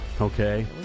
okay